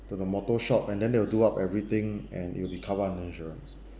to the motor shop and then they will do up everything and it will be covered under insurance